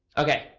ok.